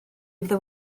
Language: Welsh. fyddai